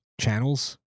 channels